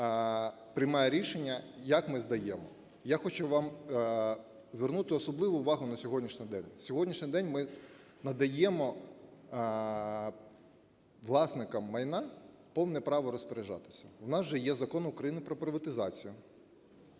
приймає рішення, як ми здаємо. Я хочу вас звернути особливу увагу на сьогоднішній день. На сьогоднішній день ми надаємо власникам майна повне право розпоряджатися. В нас же є Закону України про приватизацію.